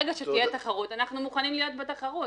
ברגע שתהיה תחרות, אנחנו מוכנים להיות בתחרות.